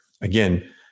again